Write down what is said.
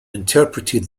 interpreted